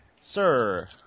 Sir